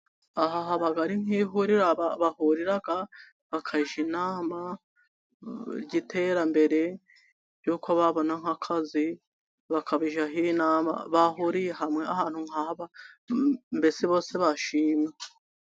Aha haba ari nk'ihuriro bahurira bakajya inama z'iterambere ry'uko babona nk'akazi, bakabijyaho inama, bahuriye hamwe ahantu nk'aha mbese bose bashimye.